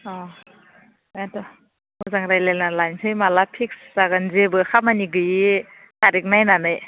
अ दा मोजां रायज्लायना लानोसै माब्ला फिक्स जागोन जेबो खामानि गैयि थारिख नायनानै